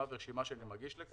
ורשימה שאני מגיש.